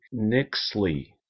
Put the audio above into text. Nixley